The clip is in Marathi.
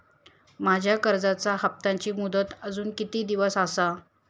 माझ्या कर्जाचा हप्ताची मुदत अजून किती दिवस असा?